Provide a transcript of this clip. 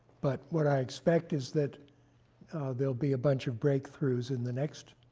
but what i expect is that there'll be a bunch of breakthroughs in the next